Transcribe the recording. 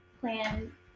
plan